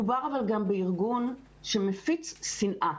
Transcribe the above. מדובר גם בארגון שמפיץ שנאה.